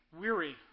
Weary